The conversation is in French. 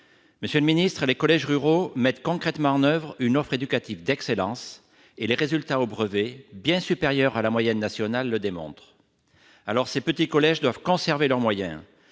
des parents. Les collèges ruraux mettent concrètement en oeuvre une offre éducative d'excellence, ce que les résultats au brevet, bien supérieurs à la moyenne nationale, démontrent. Aussi, ces petits collèges doivent conserver leurs moyens